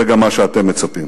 זה גם מה שאתם מצפים.